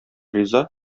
риза